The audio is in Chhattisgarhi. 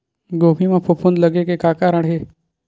गोभी म फफूंद लगे के का कारण हे?